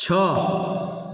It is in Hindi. छः